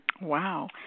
Wow